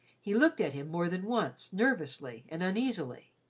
he looked at him more than once, nervously and uneasily.